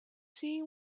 see